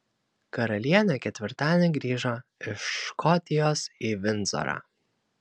karalienė ketvirtadienį grįžo iš škotijos į vindzorą